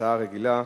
הצעה רגילה.